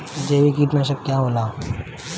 जैविक कीटनाशक का होला?